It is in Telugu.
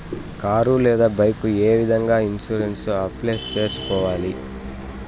కారు లేదా బైకు ఏ విధంగా ఇన్సూరెన్సు అప్లై సేసుకోవాలి